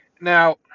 Now